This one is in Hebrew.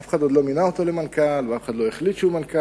אף אחד עוד לא מינה אותו למנכ"ל ואף אחד לא החליט שהוא מנכ"ל,